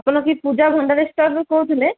ଆପଣ କି ପୂଜା ଭଣ୍ଡାରୀ ଷ୍ଟୋର୍ ରୁ କହୁଥିଲେ